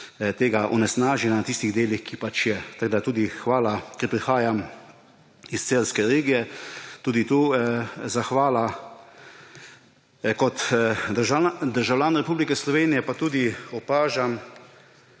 onesnaženja v tistih delih, kjer pač je. Tako da tudi hvala. Ker prihajam iz celjske regije, tudi tu zahvala. Kot državljan Republike Slovenije pa tudi opažam,